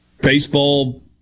baseball